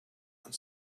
and